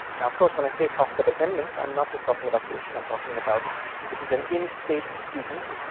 now, of course, when i say cost of attendance, i'm not just talking about tuition, i'm talking about this is an in-state student,